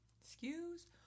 Excuse